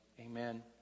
Amen